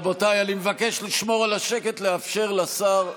רבותיי, אני מבקש לשמור על השקט ולאפשר לשר להשיב.